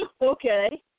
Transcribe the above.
Okay